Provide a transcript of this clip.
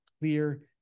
clear